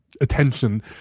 attention